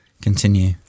continue